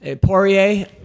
Poirier